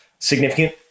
significant